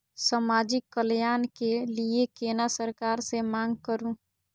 समाजिक कल्याण के लीऐ केना सरकार से मांग करु?